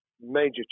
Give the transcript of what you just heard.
major